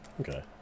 Okay